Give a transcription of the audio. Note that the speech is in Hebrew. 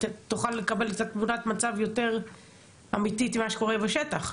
תוכל לקבל קצת תמונת מצב יותר אמיתית ממה שקורה בשטח.